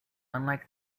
unlike